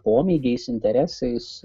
pomėgiais interesais